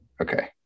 Okay